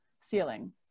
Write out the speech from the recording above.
ceiling